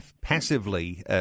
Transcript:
passively